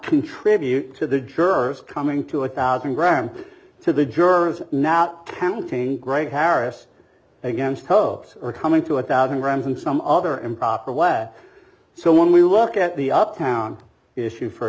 contribute to the jurors coming to a thousand grand to the jurors now counting greg harris against hoax or coming to a thousand grams and some other improper way so when we look at the uptown issue for